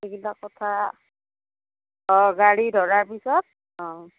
এইবিলাক কথা অঁ গাড়ী ধৰাৰ পিছত অঁ